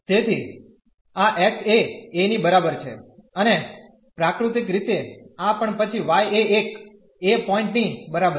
તેથી આ x એ a ની બરાબર છે અને પ્રાકૃતિક રીતે આ પણ પછી y એ એક a પોઇન્ટ ની બરાબર છે